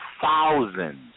thousands